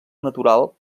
natural